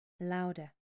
louder